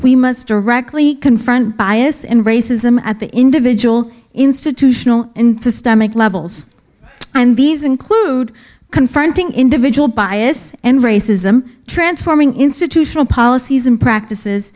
we must directly confront bias and racism at the individual institutional into stomach levels and these include confronting individual bias and racism transforming institutional policies and practices